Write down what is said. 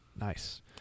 Nice